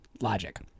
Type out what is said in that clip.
Logic